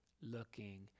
looking